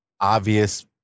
obvious